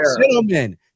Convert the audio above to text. gentlemen